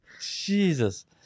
jesus